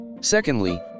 Secondly